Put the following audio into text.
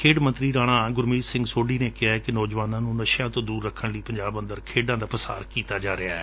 ਖੇਡ ਮੰਤਰੀ ਰਾਣਾ ਗੁਰਮੀਤ ਸੋਢੀ ਨੇ ਕਿਹੈ ਕਿ ਨੌਜੁਆਨਾਂ ਨੂੰ ਨਸ਼ਿਆਂ ਤੋਂ ਦੂਰ ਰੱਖਣ ਲਈ ਪੰਜਾਬ ਚ ਖੇਡਾਂ ਦਾ ਪਸਾਰ ਕੀਤਾ ਜਾ ਰਿਹੈ